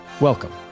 Welcome